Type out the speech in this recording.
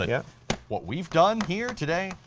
ah yeah what we've done here, today.